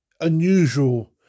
unusual